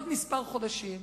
בעוד כמה חודשים,